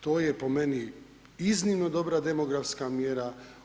To je po meni iznimno dobra demografska mjera.